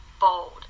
bold